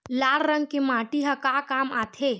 लाल रंग के माटी ह का काम आथे?